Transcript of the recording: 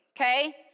okay